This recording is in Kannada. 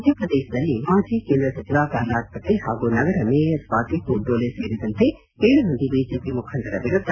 ಮಧ್ಯಪ್ರದೇತದಲ್ಲಿ ಮಾಜಿ ಕೇಂದ್ರ ಸಚಿವ ಪ್ರಹ್ಲಾದ್ ಪಟೇಲ್ ಹಾಗೂ ನಗರ ಮೇಯರ್ ಸ್ವಾತಿ ಗೋಡ್ಲೋಲೆ ಸೇರಿದಂತೆ ಏಳು ಮಂದಿ ಬಿಜೆಪಿ ಮುಖಂಡರ ವಿರುದ್ದ